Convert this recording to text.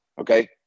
okay